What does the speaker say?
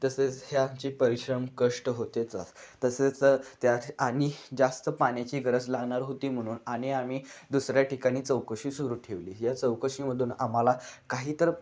तसेच हे आमचे परिश्रम कष्ट होतेच तसेच त्यात आणि जास्त पाण्याची गरज लागणार होती म्हणून आणि आम्ही दुसऱ्या ठिकाणी चौकशी सुरू ठेवली या चौकशीमधून आम्हाला काहीतर